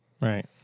Right